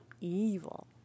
evil